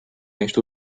meist